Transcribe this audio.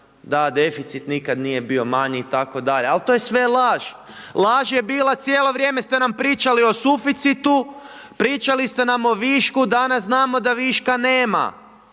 da deficit nikada nije bio manji itd. Al, to je sve laž, laž je bila cijelo vrijeme ste nam pričali o suficitu, pričali ste nam o višku, danas znamo da viška nema,